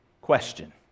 question